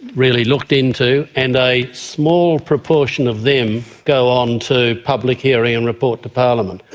really looked into, and a small proportion of them go on to public hearing and report to parliament.